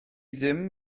ddim